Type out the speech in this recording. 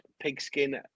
Pigskin